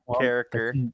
Character